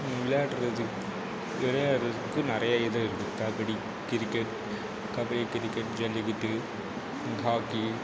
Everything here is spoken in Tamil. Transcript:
விளையாட்டை பற்றி விளையாடுறதுக்கு நிறையா இது இருக்கு kabaddi cricket kabaddi cricket jallikattu hockey